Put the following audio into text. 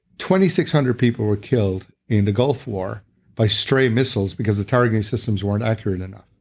twenty-six hundred people were killed in the gulf war by stray missiles because the target systems weren't accurate enough.